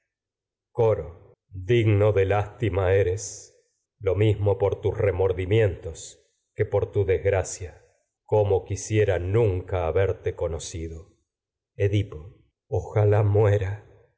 coro digno de lástima eres lo mismo por tus edipo rey remordimientos haberte que por tu desgracia cómo quisiera nunca conocido edipo ojalá muera